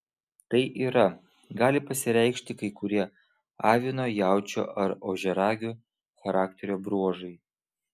tai yra gali pasireikšti kai kurie avino jaučio ar ožiaragio charakterio bruožai